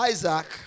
Isaac